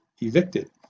evicted